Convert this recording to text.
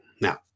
now